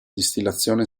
distillazione